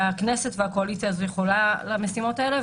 שהכנסת והקואליציה יכולות למשימות האלו.